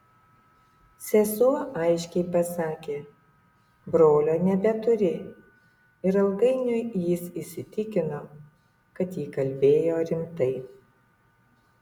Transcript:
sesuo aiškiai pasakė brolio nebeturi ir ilgainiui jis įsitikino kad ji kalbėjo rimtai